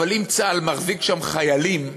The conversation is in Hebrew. אבל אם צה"ל מחזיק שם חיילים,